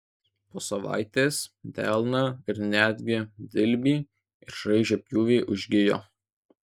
po savaitės delną ir netgi dilbį išraižę pjūviai užgijo